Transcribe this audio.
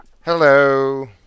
Hello